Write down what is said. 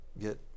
get